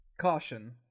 caution